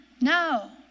no